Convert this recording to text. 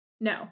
no